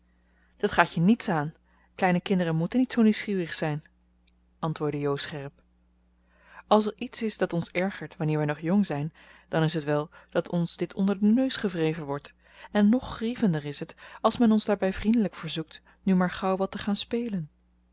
dat gaat je niets aan kleine kinderen moeten niet zoo nieuwsgierig zijn antwoordde jo scherp als er iets is dat ons ergert wanneer wij nog jong zijn dan is het wel dat ons dit onder den neus gewreven wordt en nog grievender is het als men ons daarbij vriendelijk verzoekt nu maar gauw wat te gaan spelen